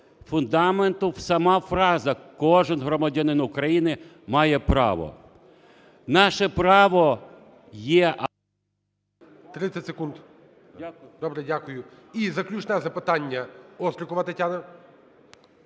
фундаменту, сама фраза: "Кожен громадянин України має право". Наше право є…